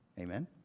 Amen